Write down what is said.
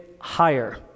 Higher